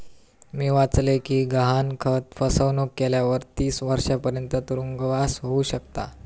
मी वाचलय कि गहाणखत फसवणुक केल्यावर तीस वर्षांपर्यंत तुरुंगवास होउ शकता